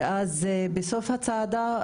ואז בסוף הצעדה,